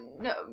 no